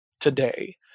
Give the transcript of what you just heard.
today